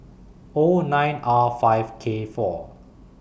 O nine R five K four